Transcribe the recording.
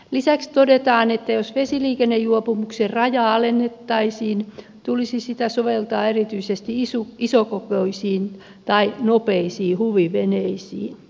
lisäksi todetaan että jos vesiliikennejuopumuksen rajaa alennettaisiin tulisi sitä soveltaa erityisesti isokokoisiin tai nopeisiin huviveneisiin